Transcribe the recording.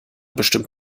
bestimmt